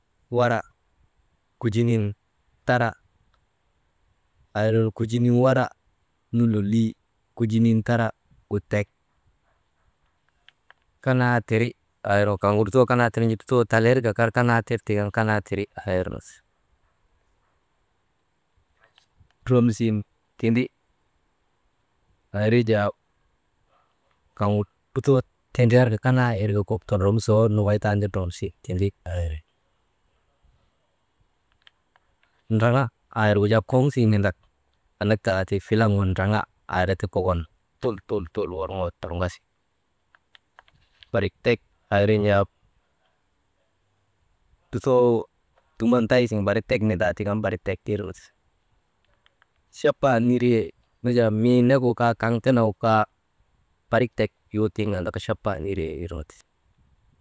Wara kujinin tara, aa irnu kujinin wara nu lolii kujinin tara nu tek, kanaa tiri aa irgu kaŋgu lutoo kanaa tirnu lotoo talirka kanaa tirnu an kanaa tir tiŋ an kanaa tiri aa irnu ti, ndromsin tindi aa irin jaa kaŋgu lutoo tindriyarka kanaa irka kok tondromsoo nokoy tan ti ndromsin tindi aa iri, ndraŋa aa irgu jaa koŋsiŋin nindak anak taka ti filan gu ndraŋa aa irka ti kokon tul, tul, tul worŋoka ti turŋasi. Barik tek aa irin jaa lutoo duman tay siŋen barik tek nindaa tiŋ andaka barik tek irnu ti, chaba niree nu jaa mii negu kaa kaŋ tenegu kaa barik tek iyoo tiŋ andaka chabaa niree irnu ti.